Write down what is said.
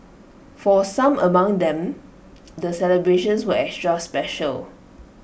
for some among them the celebrations were extra special